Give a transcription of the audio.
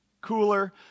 cooler